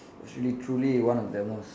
was really truly one of the most